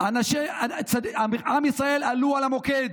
עם ישראל עלו על המוקד,